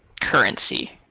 currency